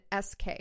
SK